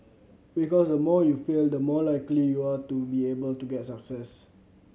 because the more you fail the more likely you are to be able to get success